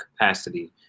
capacity